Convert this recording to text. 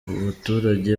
abaturage